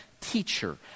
teacher